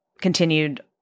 continued